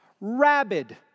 rabid